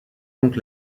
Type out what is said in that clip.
donc